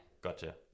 Gotcha